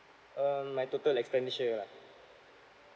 um my total expenditure ah